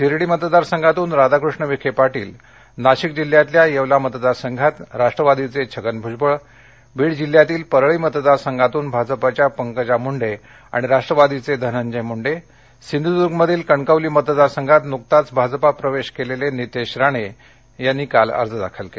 शिर्डी मतदारसंघातून राधाकृष्ण विखे पाटील नाशिक जिल्ह्यातल्या येवला मतदारसंघात राष्ट्रवादीचे छगन भुजबळ बीड जिल्ह्यातील परळी मतदारसंघातून भाजपाच्या पंकजा मुंडे आणि राष्ट्रवादीचे धनंजय मुंडे सिंधदर्गमधील कणकवली मतदारसंघात नुकताच भाजपा प्रवेश केलेले नीतेश राणे यांनी काल अर्ज दाखल केले